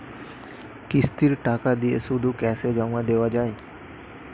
কিস্তির টাকা দিয়ে শুধু ক্যাসে জমা দেওয়া যায়?